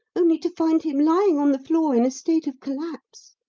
only to find him lying on the floor in a state of collapse.